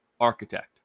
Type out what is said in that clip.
architect